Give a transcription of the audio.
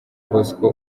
bosco